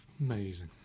Amazing